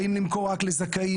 האם למכור רק לזכאים?